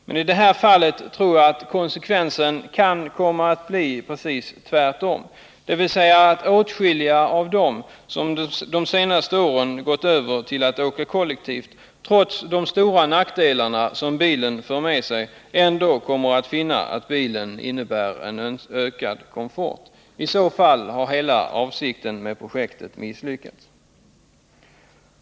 Men i detta fall tror jag att konsekvensen kan komma att bli precis tvärtom, dvs. att åtskilliga av dem som under de senaste åren gått över till att åka kollektivt ändå, trots de stora nackdelar som bilen för med sig, kommer att finna att bilen innebär en ökad komfort. I så fall har hela avsikten med projektet misslyckats.